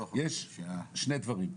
יש שני דברים: